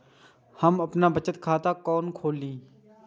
हम बचत खाता कोन खोली?